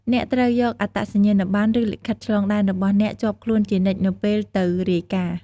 អ្នកត្រូវយក អត្តសញ្ញាណប័ណ្ណ ឬលិខិតឆ្លងដែន របស់អ្នកជាប់ខ្លួនជានិច្ចនៅពេលទៅរាយការណ៍។